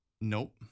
Nope